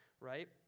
right